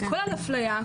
כולל אפליה,